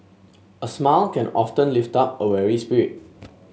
a smile can often lift up a weary spirit